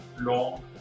long